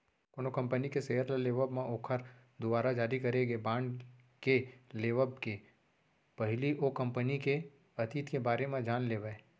कोनो कंपनी के सेयर ल लेवब म ओखर दुवारा जारी करे गे बांड के लेवब के पहिली ओ कंपनी के अतीत के बारे म जान लेवय